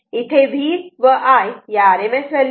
इथे V व I या RMS व्हॅल्यू आहेत